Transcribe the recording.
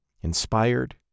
inspired